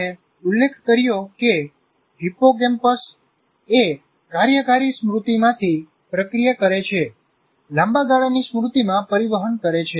આપણે ઉલ્લેખ કર્યો કે હિપ્પોકેમ્પસ એ કાર્યકારી સ્મૃતિ માંથી પ્રક્રિયા કરે છે લાંબા ગાળાની સ્મૃતિમાં પરિવહન કરે છે